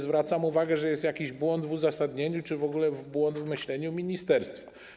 Zwracam więc uwagę, że jest jakiś błąd w uzasadnieniu czy w ogóle błąd w myśleniu ministerstwa.